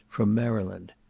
from maryland.